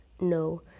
No